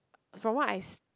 from what I see